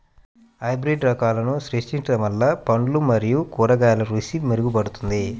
hybrid రకాలను సృష్టించడం వల్ల పండ్లు మరియు కూరగాయల రుచి మెరుగుపడుతుంది